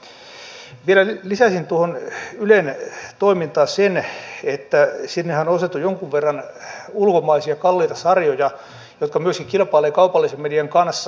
vielä lisäisin tuohon ylen toimintaan sen että sinnehän on ostettu jonkun verran ulkomaisia kalliita sarjoja jotka myöskin kilpailevat kaupallisen median kanssa